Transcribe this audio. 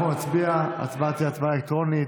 אנחנו נצביע בהצבעה אלקטרונית.